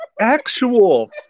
actual